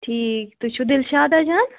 ٹھیٖک تُہۍ چھِ دِلشادا جان